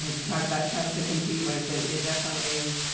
you talk about tough to compete with it. it definitely is.